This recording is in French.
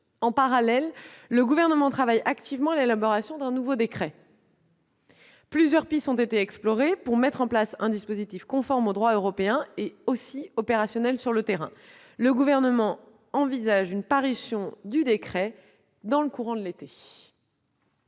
En parallèle, le Gouvernement travaille activement à l'élaboration d'un nouveau décret. Plusieurs pistes ont été explorées pour mettre en place un dispositif à la fois conforme au droit européen et opérationnel sur le terrain. Le Gouvernement envisage une parution du décret dans le courant de l'été.